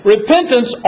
Repentance